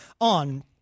on